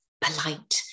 polite